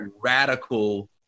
radical